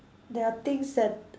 there are things that